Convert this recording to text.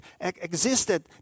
existed